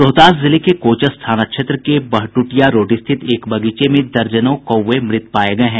रोहतास जिले के कोचस थाना क्षेत्र के बहट्टिया रोड स्थित एक बगीचे में दर्जनों कौवे मृत पाये गये हैं